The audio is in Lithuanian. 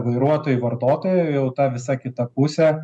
vairuotojai vartotojai o jau ta visa kita pusė